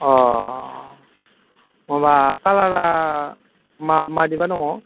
अ माबा कालारा मादिबा दङ